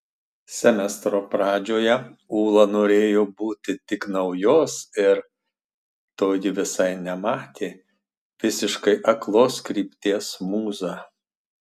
semestro pradžioje ūla norėjo būti tik naujos ir to ji visai nematė visiškai aklos krypties mūza